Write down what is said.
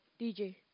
DJ